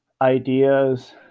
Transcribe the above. ideas